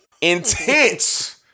intense